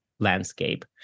landscape